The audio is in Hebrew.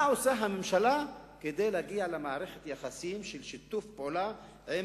מה עושה הממשלה כדי להגיע למערכת יחסים של שיתוף פעולה עם